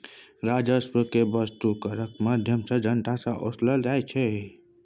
राजस्व केँ बस्तु करक माध्यमसँ जनता सँ ओसलल जाइ छै